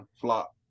flop